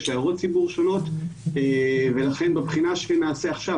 יש הערות ציבור שונות ולכן בבחינה שנעשה עכשיו,